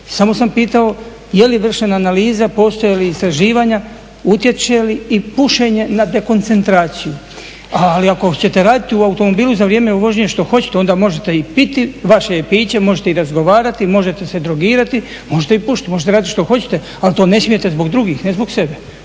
Samo sam pitao je li vršena analiza, postoje li istraživanja, utječe li i pušenje na dekoncentraciju. Ali ako ćete raditi u automobilu za vrijeme vožnje što hoćete onda možete i piti, vaše je piće, možete i razgovarati, možete se drogirati, možete i pušiti, možete radit što hoćete ali to ne smijete zbog drugih, ne zbog sebe,